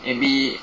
maybe